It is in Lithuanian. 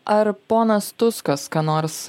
ar ponas tuskas ką nors